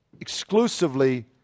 exclusively